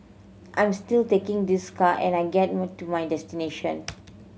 I'm still taking this car and I get to my destination